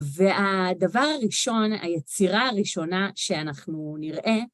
והדבר הראשון, היצירה הראשונה שאנחנו נראה...